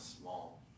small